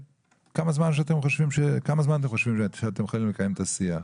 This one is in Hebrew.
כמה זמן אתם חושבים שאתם צריכים כדי לקיים את השיח?